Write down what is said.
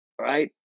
right